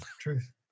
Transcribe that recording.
Truth